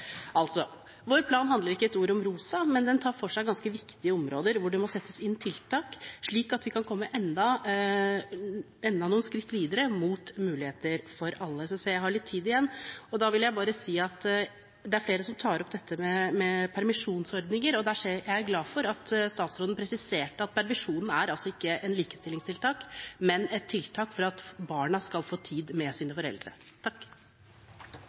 Altså: Vår plan handler ikke ett ord om rosa, men den tar for seg ganske viktige områder hvor det må settes inn tiltak, slik at vi kan komme enda noen skritt videre mot muligheter for alle. Jeg ser jeg har litt tid igjen: Da vil jeg si at det er flere som tar opp dette med permisjonsordninger, og jeg er glad for at statsråden presiserte at permisjon ikke er et likestillingstiltak, men et tiltak for at barna skal få tid med sine foreldre.